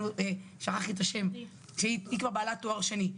עדי מספרת לנו שהיא כבר בעלת תואר שני,